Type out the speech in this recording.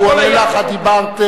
רק הוא עונה לך, את דיברת,